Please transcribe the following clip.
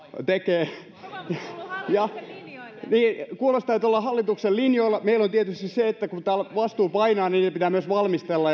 tekee niin kuulostaa että ollaan hallituksen linjoilla mutta meillä on tietysti se että kun vastuu painaa niitä pitää myös valmistella